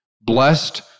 blessed